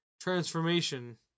transformation